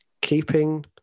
keeping